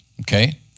okay